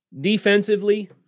Defensively